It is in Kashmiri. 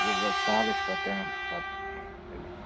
وَلہٕ سہلٕے چھُ پتہٕ پتہٕ ییٚلہِ